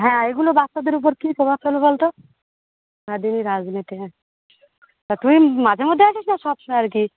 হ্যাঁ এইগুলো বাচ্চাদের উপর কি প্রভাব ফেলে বলতো সারা দিনই রাজনীতি হ্যাঁ আর তুই মাঝে মধ্যে আসিস না সব সময় আর কি